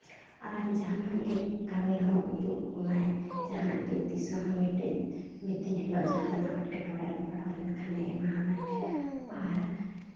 ᱟᱨ ᱡᱟᱦᱟᱱᱟᱜ ᱜᱮ ᱠᱟᱹᱢᱤ ᱦᱚᱸ ᱩᱫᱩᱜ ᱟᱢᱟᱭ ᱡᱟᱦᱟᱱᱟᱜ ᱜᱮ ᱫᱤᱥᱟᱹ ᱦᱚᱸ ᱢᱤᱫᱴᱮᱱ ᱢᱤᱫ ᱫᱤᱱ ᱦᱤᱞᱳᱜ ᱡᱟᱦᱟᱱᱟᱜ ᱮᱸᱴᱠᱮᱴᱚᱬᱮ ᱨᱮᱢ ᱯᱟᱲᱟᱣ ᱞᱮᱱ ᱠᱷᱟᱱᱮ ᱮᱢᱟᱣᱟᱢᱟᱭ ᱟᱨ